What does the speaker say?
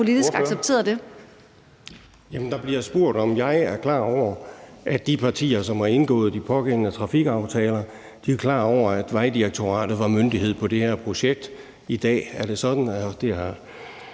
Der bliver spurgt om, om jeg er klar over, at de partier, som har indgået de pågældende trafikaftaler, er klar over, at Vejdirektoratet var myndighed på det her projekt. I dag er det sådan, og det har